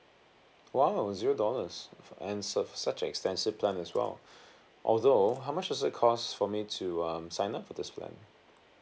!wow! zero dollars for and su~ such as a extensive plan as well although how much does it cost for me to um sign up for this plan